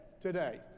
Today